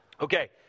Okay